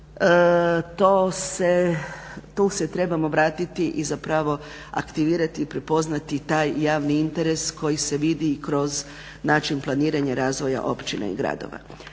Tu se trebamo vratiti i zapravo aktivirati i prepoznati taj javni interes koji se vidi kroz način planiranja razvoja općine i gradova.